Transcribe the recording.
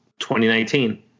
2019